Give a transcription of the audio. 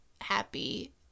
happy